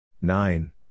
nine